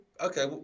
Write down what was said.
okay